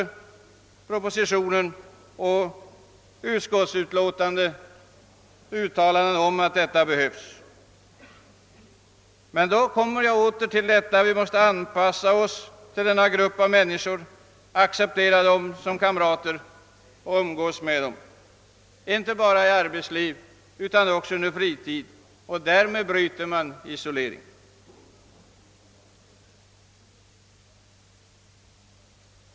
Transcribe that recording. Propositionen och utskottsutlåtandet innehåller också uttalanden om att detta behövs. Jag återkommer till att vi måste anpassa oss till dessa människor, acceptera dem som kamrater och umgås med dem inte bara i arbetslivet utan också under fritid. Därmed bryter vi isoleringen.